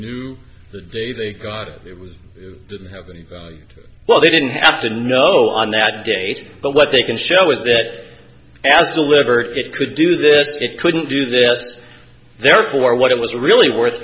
knew the day they got it it was didn't have any value well they didn't have to know on that date but what they can show is that yes the liver it could do this it couldn't do this therefore what it was really worth